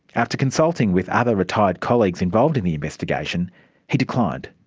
after consulting with other retired colleagues involved in the investigation he declined.